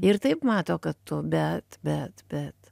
ir taip mato kad tu bet bet bet